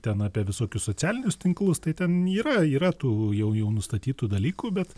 ten apie visokius socialinius tinklus tai ten yra yra tų jau jau nustatytų dalykų bet